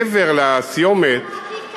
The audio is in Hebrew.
מעבר לסיומת, התשובה הכי קלה.